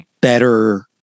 better